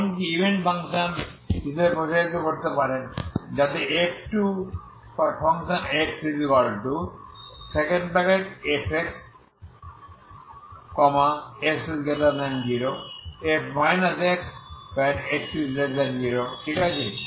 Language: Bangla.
এমনকি ইভেন ফাংশন হিসাবে প্রসারিত করতে পারেন যাতে আপনার f2xfx x0 f x x0 ঠিক আছে